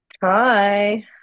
Hi